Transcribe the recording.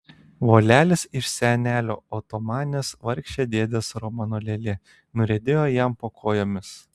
volelis iš senelio otomanės vargšė dėdės romano lėlė nuriedėjo jam po kojomis